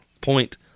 point